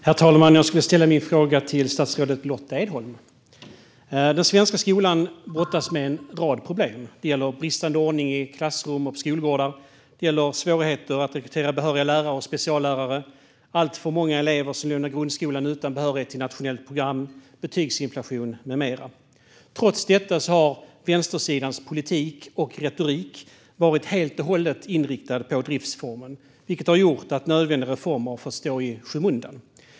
Herr talman! Jag vill ställa min fråga till statsrådet Lotta Edholm. Den svenska skolan brottas med en rad problem. Det gäller bristande ordning i klassrum och på skolgårdar, svårigheter att rekrytera behöriga lärare och speciallärare, alltför många elever som lämnar grundskolan utan behörighet till nationellt program, betygsinflation med mera. Trots detta har vänstersidans politik och retorik helt och hållet inriktats på driftsformen, vilket har gjort att nödvändiga reformer hamnat i skymundan.